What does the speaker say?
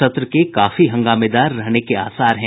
सत्र के काफी हंगामेदार रहने के आसार हैं